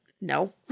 No